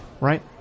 right